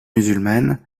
musulmane